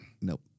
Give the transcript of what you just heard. Nope